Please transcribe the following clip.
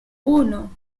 uno